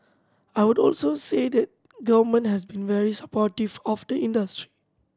I would also say the Government has been very supportive of the industry